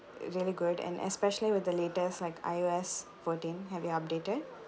really good and especially with the latest like I_O_S fourteen have you updated